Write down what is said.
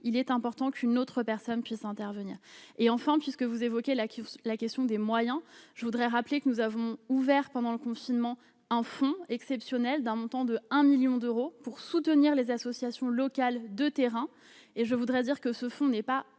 il est important qu'une autre personne puisse intervenir et enfin puisque vous évoquez la la question des moyens, je voudrais rappeler que nous avons ouvert pendant le confinement en fonds exceptionnel d'un montant de 1 1000000 d'euros, pour soutenir les associations locales de terrain et je voudrais dire que ce fonds n'est pas